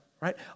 right